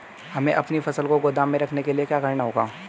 हमें अपनी फसल को गोदाम में रखने के लिये क्या करना होगा?